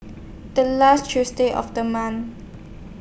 The last Tuesday of The month